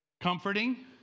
comforting